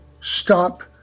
stop